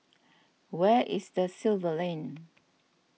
where is Da Silva Lane